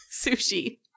Sushi